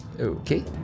Okay